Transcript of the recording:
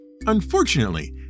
Unfortunately